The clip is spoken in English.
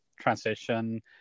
transition